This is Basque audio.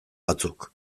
batzuk